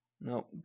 No